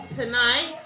tonight